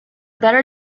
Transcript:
better